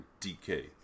DK